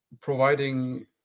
providing